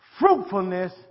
fruitfulness